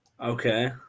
Okay